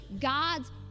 God's